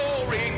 glory